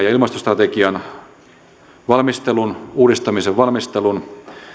ja ilmastostrategian uudistamisen valmistelun